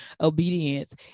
obedience